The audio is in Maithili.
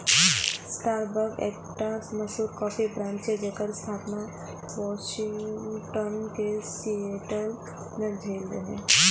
स्टारबक्स एकटा मशहूर कॉफी ब्रांड छियै, जेकर स्थापना वाशिंगटन के सिएटल मे भेल रहै